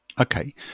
Okay